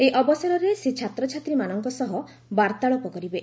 ଏହି ଅବସରରେ ସେ ଛାତ୍ରଛାତ୍ରୀମାନଙ୍କ ସହ ବାର୍ତ୍ତାଳାପ କରିବେ